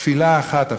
תפילה אחת.